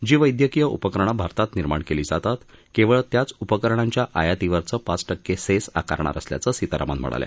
जी वैद्यकीय उपकरणं भारतात निर्माण केली जातात केवळ त्याच उपकरणांच्या आयातीवरचं पाच टक्के सेस आकारणार असल्याचं सीतारामन म्हणाल्या